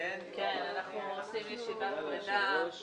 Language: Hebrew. הישיבה ננעלה